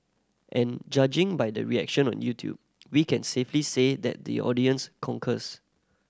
and judging by the reaction on YouTube we can safely say that the audience concurs